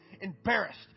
embarrassed